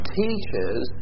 teaches